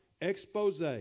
expose